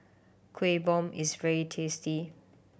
Kueh Bom is very tasty